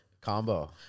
Combo